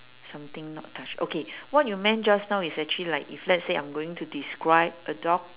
something not touch okay what you meant just now is actually like if let's say I am going to describe a dog